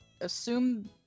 assume